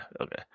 Okay